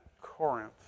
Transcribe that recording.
Corinth